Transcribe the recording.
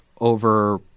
over